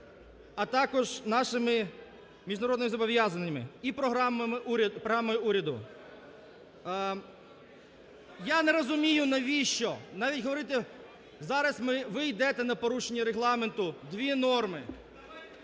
а також нашими міжнародними зобов'язаннями і програмою уряду. Я не розумію навіщо, навіть говорити, зараз ми, ви йдете на порушення Регламенту дві норми.